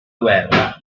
guerra